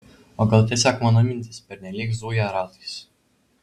o gal tiesiog mano mintys pernelyg zuja ratais